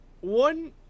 one